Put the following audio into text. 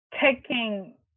taking